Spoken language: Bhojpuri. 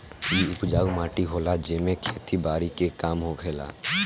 इ उपजाऊ माटी होला जेमे खेती बारी के काम होखेला